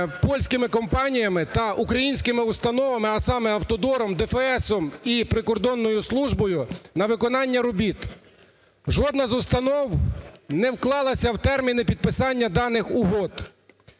польськими компаніями та українськими установами, а саме, "Автодором", ДФС і прикордонною службою на виконання робіт. Жодна з установ не вклалася в терміни підписання даних угод,